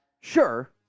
Sure